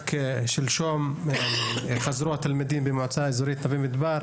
רק שלשום חזרו ללמוד התלמידים במועצה האזורית נווה מדבר,